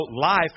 life